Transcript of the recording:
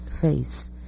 face